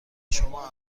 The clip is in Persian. شما